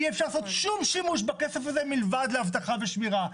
אי אפשר לעשות שום שימוש בכסף הזה מלבד לאבטחה ושמירה,